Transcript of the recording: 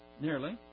nearly